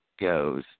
goes